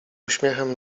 uśmiechem